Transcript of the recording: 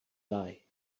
lie